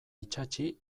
itsatsi